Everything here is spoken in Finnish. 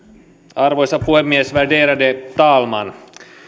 arvoisa puhemies värderade talman